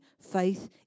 faith